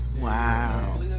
Wow